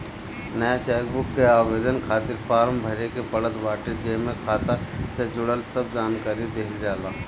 नया चेकबुक के आवेदन खातिर फार्म भरे के पड़त बाटे जेमे खाता से जुड़ल सब जानकरी देहल जाला